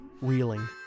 reeling